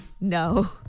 No